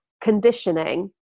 conditioning